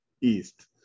East